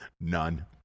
none